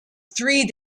three